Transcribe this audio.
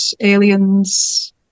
aliens